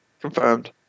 confirmed